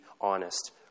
honest